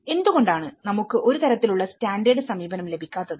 എന്തുകൊണ്ടാണ് നമുക്ക് ഒരു തരത്തിലുള്ള സ്റ്റാൻഡേർഡ് സമീപനം ലഭിക്കാത്തത്